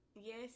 yes